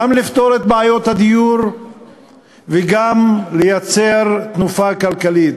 גם לפתור את בעיות הדיור וגם לייצר תנופה כלכלית,